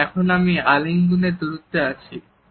কারণ এখন আমি আলিঙ্গনের দূরত্বতে আছি